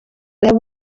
there